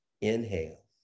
inhale